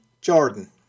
Jordan